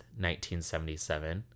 1977